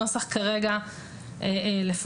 הנוסח כרגע לפחות,